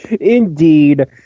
Indeed